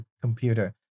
computer